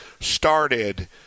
started